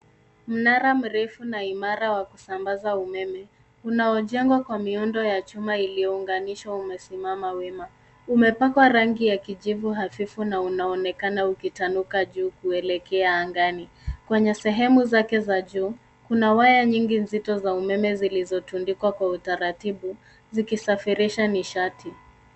Mnara mrefu na imara wa kusambaza umeme unaojengwa kwa miundo ya chuma iliyounganishwa umesimama wima. Umepakwa rangi ya kijivu hafifu na unaonekana ukitanuka juu kuelekea angani. Kwenye sehemu zake za juu kuna waya nyingi nzito za umeme ziizotundikwa kwa utaratibu zikisafirisha nishati.